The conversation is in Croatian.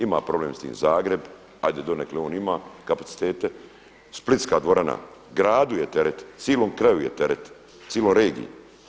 Ima problem s tim Zagreb, ajde donekle on ima kapacitete, splitska dvorana gradu je teret cijelom kraju je teret, cijeloj regiji.